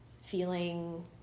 feeling